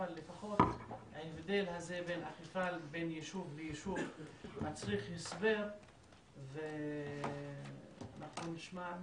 אבל ההבדל הזה באכיפה בין יישוב ליישוב מצריך הסבר ואנחנו נשמע.